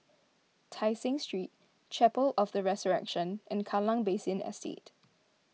Tai Seng Street Chapel of the Resurrection and Kallang Basin Estate